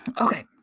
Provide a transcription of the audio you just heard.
Okay